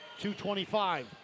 225